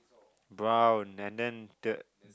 brown and then the